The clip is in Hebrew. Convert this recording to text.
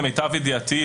למיטב ידיעתי,